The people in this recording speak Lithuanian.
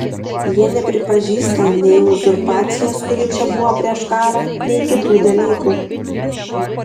jie nepripažįsta nei uzurpacijos kuri čia buvo prieš karą nei kitų dalykų